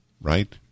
Right